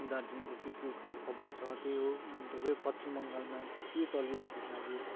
दार्जिलिङको के के ख खबर छ त्यही हो अन्त वे पश्चिम बङ्गालमा के चलिरहँदैछ अहिले